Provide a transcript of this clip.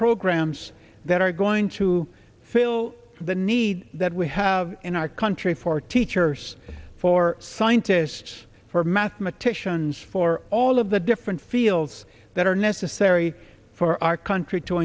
programs that are going to fill the need that we have in our country for teachers for scientists for mathematicians for all of the different fields that are necessary for our country to